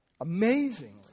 Amazingly